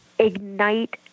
Ignite